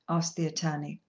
asked the attorney.